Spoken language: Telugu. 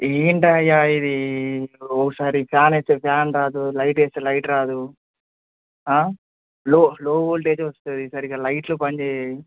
ఏంటయ్యా ఇది ఒకసారి ఫ్యాన్ వస్తే ఫ్యాన్ రాదు లైట్ వస్తే లైట్ రాదు లో లో వోల్టేజ్ వస్తుంది సరిగా లైట్లు పని చేేయ్యావు